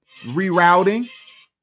rerouting